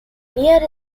near